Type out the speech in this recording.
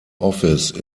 office